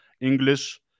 English